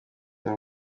mato